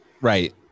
Right